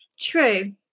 True